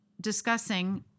discussing